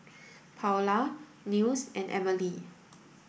Paola Nils and Emely